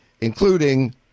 including